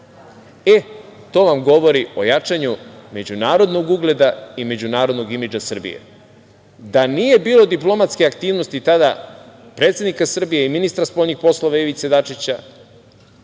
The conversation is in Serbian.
To vam govori o jačanju međunarodnog ugleda i međunarodnog imidža Srbije. Da nije bilo diplomatske aktivnosti tada predsednika Srbije i ministra inostranih poslova Ivice Dačića,